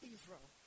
Israel